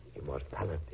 immortality